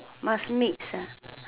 must mix